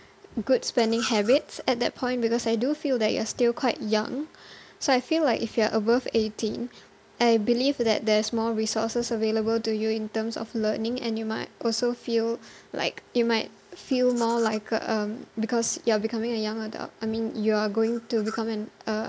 good spending habits at that point because I do feel that you are still quite young so I feel like if you are above eighteen I believe that there's more resources available to you in terms of learning and you might also feel like you might feel more like a um because you are becoming a young adult I mean you're going to become an uh